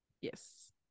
yes